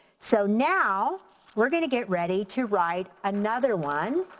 so now we're gonna get ready to write another one.